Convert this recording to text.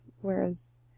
Whereas